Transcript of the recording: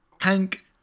Hank